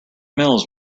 mills